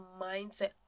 mindset